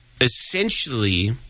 essentially –